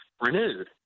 renewed